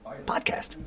podcast